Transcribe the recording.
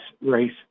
race